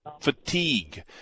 fatigue